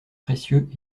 précieux